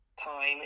time